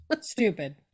Stupid